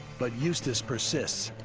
but eustace persists,